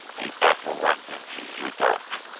a vessel runs in to your dock.